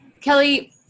Kelly